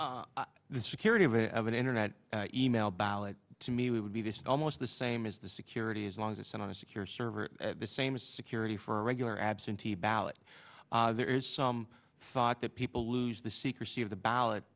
the security of a of an internet email ballot to me would be this almost the same as the security as long as it's on a secure server the same as security for regular absentee ballot there is some thought that people lose the secrecy of the ballot